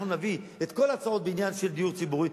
אנחנו נביא את כל ההצעות בעניין של דיור ציבורי.